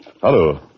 Hello